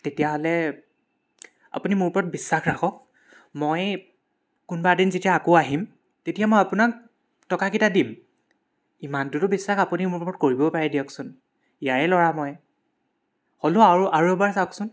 তেতিয়াহ'লে আপুনি মোৰ ওপৰত বিশ্বাস ৰাখক মই কোনোবা এদিন যেতিয়া আকৌ আহিম তেতিয়া মই আপোনাক টকাকেইটা দিম ইমানটোতো বিশ্বাস আপুনি মোৰ ওপৰত কৰিব পাৰে দিয়কচোন ইয়াৰে ল'ৰা মই হ'লেও আৰু আৰু এবাৰ চাওকচোন